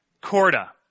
corda